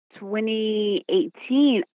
2018